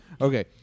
Okay